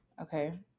okay